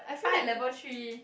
find a level three